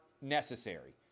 necessary